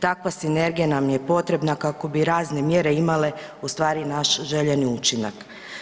Takva sinergija nam je potrebna kako bi razne mjere imale ustvari naš željeni učinak.